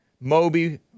Moby